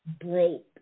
broke